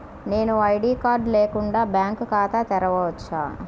నేను ID card లేకుండా bank ఖాతా తెరవచ్చా?